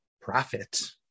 profit